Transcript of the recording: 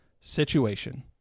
situation